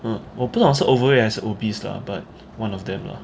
mm 我不懂是 overweight 还是 obese lah but one of them lah